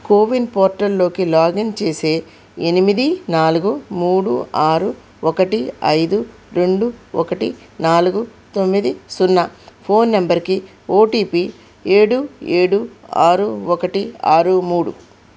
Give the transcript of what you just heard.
CoWIN పోర్టల్లోకి login చేసే ఎనిమిది నాలుగు మూడు ఆరు ఒకటి ఐదు రెండు ఒకటి నాలుగు తొమ్మిది సున్నా ఫోన్ నంబరుకి ఓటిపి ఏడు ఏడు ఆరు ఒకటి ఆరు మూడు